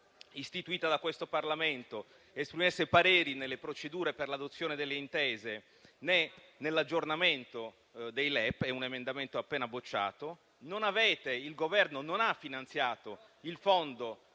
istituita da questo Parlamento, esprimesse pareri nelle procedure per l'adozione delle intese, né nell'aggiornamento dei LEP (è un emendamento appena bocciato). Il Governo non ha finanziato il Fondo